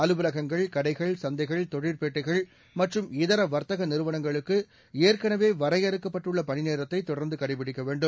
அலுவலகங்கள் கடைகள் சந்தைகள் தொழிற்பேட்டைகள் மற்றும் இதர வர்த்தக நிறுவனங்களுக்கு ஏற்கனவே வரையறுக்கப்பட்டுள்ள பணிநேரத்தை தொடா்ந்து கடைப்பிடிக்க வேண்டும்